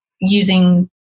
using